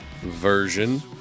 version